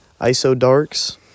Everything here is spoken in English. IsoDarks